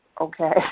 okay